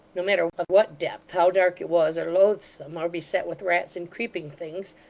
no matter of what depth, how dark it was, or loathsome, or beset with rats and creeping things,